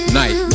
night